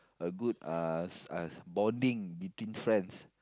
a good uh uh bonding between friends